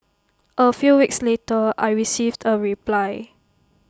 A few weeks later I received A reply